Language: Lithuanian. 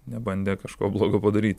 nebandė kažko blogo padaryti